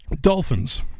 dolphins